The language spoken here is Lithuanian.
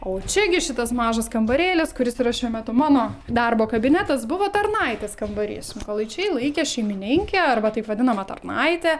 o čia gi šitas mažas kambarėlis kuris yra šiuo metu mano darbo kabinetas buvo tarnaitės kambarys mykolaičiai laikė šeimininkę arba taip vadinamą tarnaitę